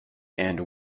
and